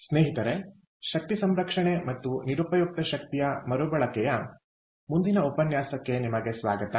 ಸ್ನೇಹಿತರೆ ಶಕ್ತಿ ಸಂರಕ್ಷಣೆ ಮತ್ತು ನಿರುಪಯುಕ್ತ ಶಕ್ತಿಯ ಮರುಬಳಕೆಯ ಮುಂದಿನ ಉಪನ್ಯಾಸಕ್ಕೆ ನಿಮಗೆ ಸ್ವಾಗತ